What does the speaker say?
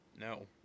No